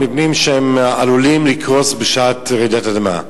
מבנים שעלולים לקרוס בשעת רעידת אדמה.